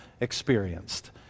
Experienced